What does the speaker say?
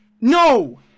No